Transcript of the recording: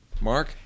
Mark